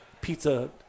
pizza